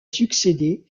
succédé